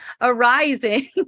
arising